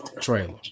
trailer